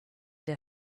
der